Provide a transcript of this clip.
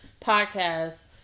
podcast